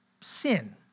sin